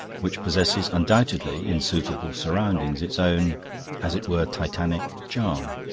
which possesses undoubtedly, in suitable surroundings, its own as it were titanic charm.